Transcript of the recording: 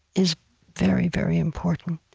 is very, very important.